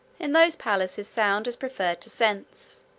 in those palaces, sound is preferred to sense,